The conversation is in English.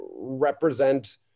represent